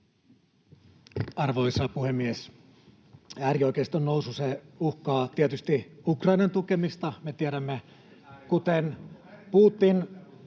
Arvoisa puhemies! Äärioikeiston nousu uhkaa tietysti Ukrainan tukemista. [Juho Eerola: